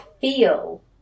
feel